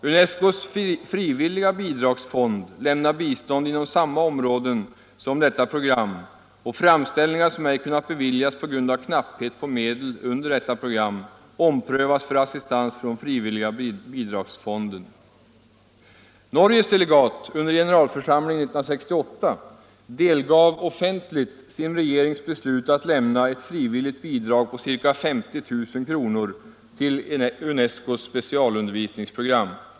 UNESCO:s frivilliga bidragsfond lämnar bistånd inom samma områden som Participation Programme, och framställningar som ej kunnat beviljas på grund av knapphet på medel under detta program omprövas för assistans från frivilliga bidragsfonden. Norges delegat under generalförsamlingen 1968 delgav offentligt sin regerings beslut att lämna ett frivilligt bidrag på ca 50 000 kr. till UNES CO:s specialundervisningsprogram.